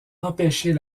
empêcher